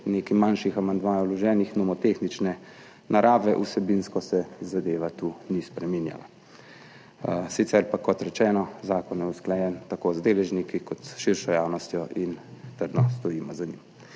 nekaj manjših amandmajev nomotehnične narave, vsebinsko se zadeva tu ni spreminjala. Sicer pa je, kot rečeno, zakon usklajen tako z deležniki kot s širšo javnostjo in trdno stojimo za njim.